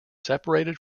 separated